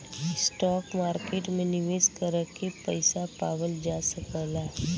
stock market में निवेश करके पइसा पावल जा सकला